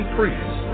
priests